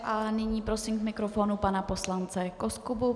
A nyní prosím k mikrofonu pana poslance Koskubu.